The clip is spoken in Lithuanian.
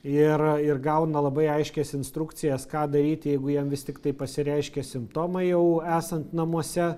ir ir gauna labai aiškias instrukcijas ką daryti jeigu jiem vis tiktai pasireiškė simptomai jau esant namuose